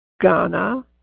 Ghana